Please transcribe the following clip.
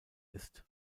ist